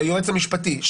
ביועץ המשפטי,